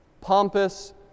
pompous